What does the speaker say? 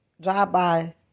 drive-by